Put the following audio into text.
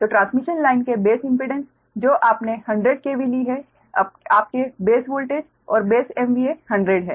तो transmission line के base impedance जो आपने 100 KV ली है अपके बेस वोल्टेज और बेस MVA 100 है